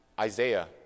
Isaiah